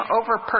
over